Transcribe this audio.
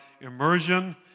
immersion